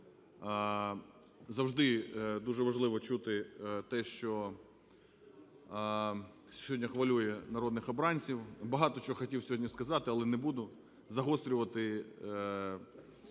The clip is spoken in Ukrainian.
Завжди дуже важливо чути те, що сьогодні хвилює народних обранців. Багато чого хотів сьогодні сказати, але не буду загострювати